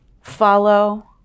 follow